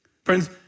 Friends